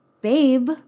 Babe